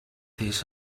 his